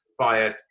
via